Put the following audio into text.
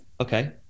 Okay